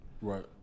Right